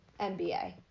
NBA